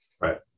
Right